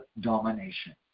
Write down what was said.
domination